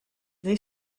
they